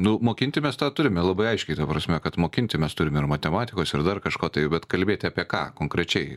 nu mokinti mes tą turime labai aiškiai ta prasme kad mokinti mes turime ir matematikos ir dar kažko tai bet kalbėti apie ką konkrečiai